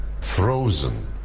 frozen